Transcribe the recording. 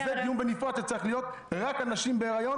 זה דיון שצריך להיות בנפרד רק על נשים בהיריון,